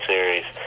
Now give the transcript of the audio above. Series